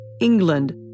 England